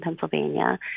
Pennsylvania